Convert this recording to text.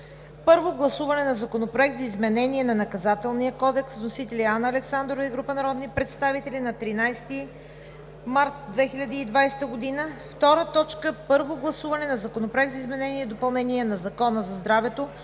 Първо гласуване на Законопроект за изменение на Наказателния кодекс. Вносители: Анна Александрова и група народни представители на 13 март 2020 г. 2. Първо гласуване на Законопроекта за изменение и допълнение на Закона за здравето.